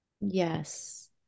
Yes